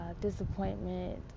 disappointment